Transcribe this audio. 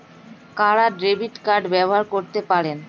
কারা debit card ব্যবহার করতে পারেন?